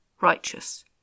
righteous